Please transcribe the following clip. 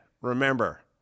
remember